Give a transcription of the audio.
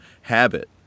habit